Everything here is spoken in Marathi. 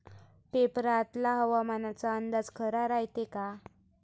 पेपरातला हवामान अंदाज खरा रायते का?